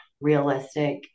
realistic